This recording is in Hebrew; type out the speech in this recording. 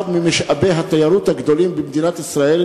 ממשאבי התיירות הגדולים במדינת ישראל,